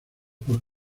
por